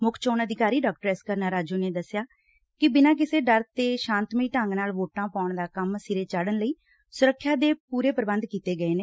ਮੁੱਖ ਚੋਣ ਅਧਿਕਾਰੀ ਡਾ ਐਸ ਕਰੁਣਾ ਰਾਜੁ ਨੇ ਦਸਿਆ ਕਿ ਬਿਨਾਂ ਕਿਸੇ ਡਰ ਦੇ ਸ਼ਾਂਤਮਈ ਢੰਗ ਨਾਲ ਵੋਟਾਂ ਪਾਉਣ ਦਾ ਕੰਮ ਸਿਰੇ ਚਾੜਣ ਲਈ ਸੁਰੱਖਿਆ ਦੇ ਪੁਰੇ ਪ੍ਰਬੰਧ ਕੀਤੇ ਗਏ ਨੇ